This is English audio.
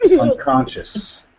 Unconscious